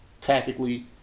tactically